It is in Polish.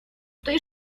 tej